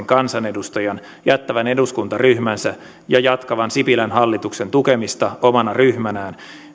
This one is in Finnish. kansanedustajan jättävän eduskuntaryhmänsä ja jatkavan sipilän hallituksen tukemista omana ryhmänään